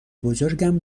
بزرگم